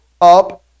up